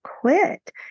quit